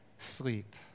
Sleep